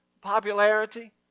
popularity